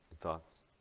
Thoughts